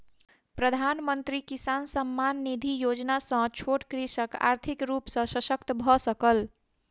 प्रधानमंत्री किसान सम्मान निधि योजना सॅ छोट कृषक आर्थिक रूप सॅ शशक्त भअ सकल